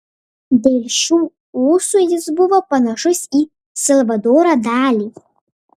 dėl šių ūsų jis buvo panašus į salvadorą dali